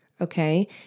okay